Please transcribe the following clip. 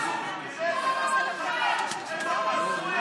מה בוער לך, עידית סילמן?